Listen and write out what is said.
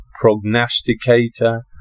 prognosticator